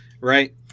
right